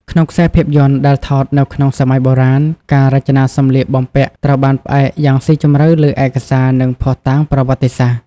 ក្នុងខ្សែភាពយន្តដែលថតនៅក្នុងសម័យបុរាណ ការរចនាសម្លៀកបំពាក់ត្រូវបានផ្អែកយ៉ាងស៊ីជម្រៅលើឯកសារ និងភស្តុតាងប្រវត្តិសាស្ត្រ ។